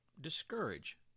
discourage